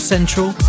Central